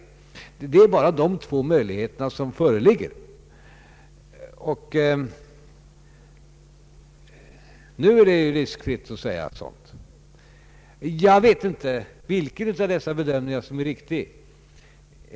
Det är bara dessa två möjligheter som föreligger. Jag vet inte vilken av dessa bedömningar som är riktig.